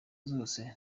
zose